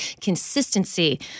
consistency